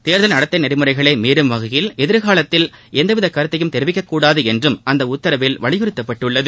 தேர்தல் நடத்தை நெறிமுறைகளை மீறும் வகையில் எதிர்காலத்தில் எவ்வித நகருத்தையும் தெரிவிக்கக்கூடாது என்றும் அந்த உத்தரவில் வலியுறுத்தப்பட்டுள்ளது